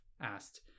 asked